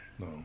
no